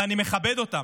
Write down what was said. ואני מכבד אותם,